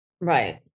Right